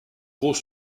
gros